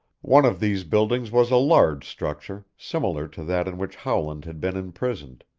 one of these buildings was a large structure similar to that in which howland had been imprisoned,